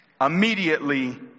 immediately